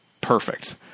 perfect